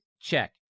Check